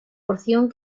porción